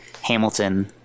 Hamilton